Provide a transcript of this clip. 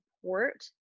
support